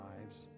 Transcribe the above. lives